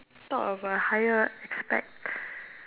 thought of a higher aspect